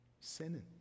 sinning